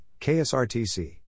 KSRTC